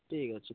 ଠିକ୍ ଅଛି